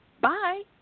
Bye